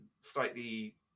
slightly